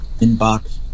inbox